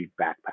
backpack